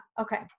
okay